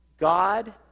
God